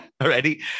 already